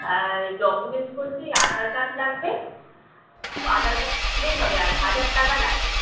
আর documents বলতে ওই Aadhaar card লাগবে আধার কার্ড দিলেই হবে আর হাজার টাকা লাগবে